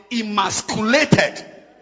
emasculated